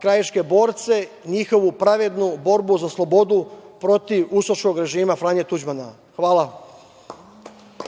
krajiške borce, njihovu pravednu borbu za slobodu protiv ustaškog režima Franje Tuđmana. Hvala.